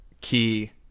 key